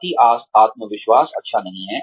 अति आत्मविश्वास अच्छा नहीं है